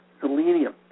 selenium